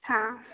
हाँ